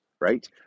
right